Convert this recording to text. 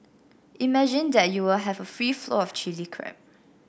imagine that you will have a free flow of Chilli Crab